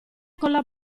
colla